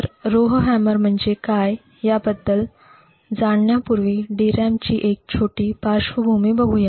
तर रोव्हहॅमर म्हणजे काय याबद्दल जाण्यापूर्वी DRAM ची एक छोटी पार्श्वभूमी बघुया